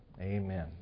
amen